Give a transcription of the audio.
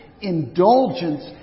indulgence